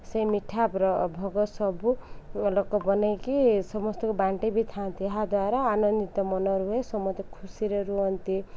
ସେ ମିଠା ଭୋଗ ସବୁ ଲୋକ ବନାଇକି ସମସ୍ତଙ୍କୁ ବାଣ୍ଟି ବି ଥାଆନ୍ତି ଏହା ଦ୍ୱାରା ଆନନ୍ଦିତ ମନ ରୁହେ ସମସ୍ତେ ଖୁସିରେ ରୁହନ୍ତି